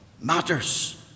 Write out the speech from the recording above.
matters